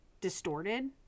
distorted